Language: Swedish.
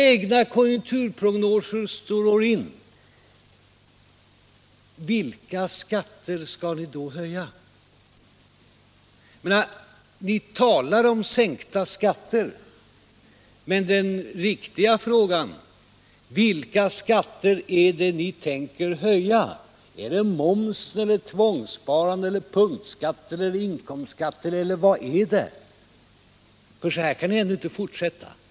Vilka skatter skall ni höja, om era egna konjunkturprognoser slår in? Ni talar om en sänkning av skatterna, men det riktiga är att fråga vad ni tänker göra: Gäller det moms, tvångssparande, punktskatter, inkomstskatter eller vad gäller det? Så här kan det ändå Allmänpolitisk debatt Allmänpolitisk debatt inte fortsätta.